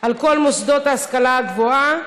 על כל מוסדות ההשכלה הגבוהה.